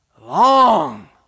Long